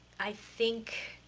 i think